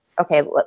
okay